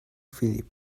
phillip